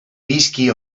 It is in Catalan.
visqui